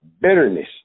bitterness